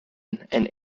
and